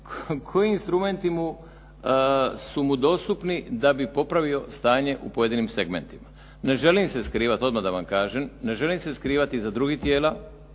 koji instrumenti su mu dostupni da bi popravio stanje u pojedinim segmentima. Ne želim se skrivati, odmah da vam kažem. Ne želim se skrivati iza drugih tijela,